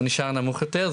והוא נשאר נמוך יותר.